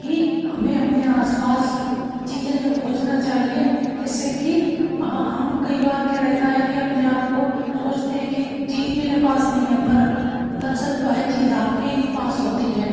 कि हमें अपने आस पास चीज़ें जो खोजना चाहिए जिसे कि हम कई बार क्या रहता है कि अपने आप को सोचते हैं कि चीज़ मेरे पास नहीं है पर दरअसल वह चीज़ आप के ही पास होती है